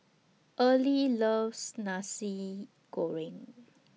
Early loves Nasi Goreng